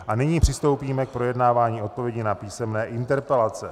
A nyní přistoupíme k projednávání odpovědí na písemné interpelace.